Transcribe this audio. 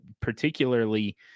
particularly